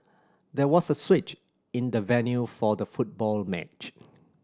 there was a switch in the venue for the football match